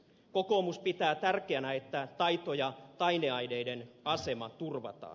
kokoomus pitää tärkeänä että taito ja taideaineiden asema turvataan